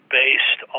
based